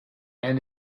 and